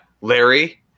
Larry